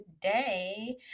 today